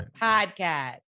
podcast